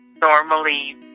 normally